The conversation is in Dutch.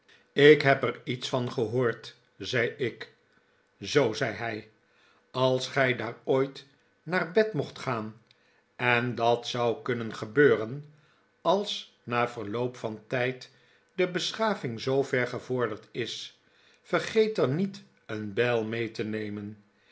ik heb er iets van gehoord zei ik zoo zei hij als gij daar ooit naar bed mocht gaan en dat zou kunnen gebeuren als na verloop van tijd de beschaving zoover gevorderd is vergeet dan niet een bijl mee te nemen